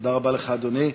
תודה רבה לך, אדוני.